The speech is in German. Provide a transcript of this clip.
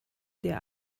der